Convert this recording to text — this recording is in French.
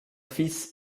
fils